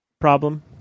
Problem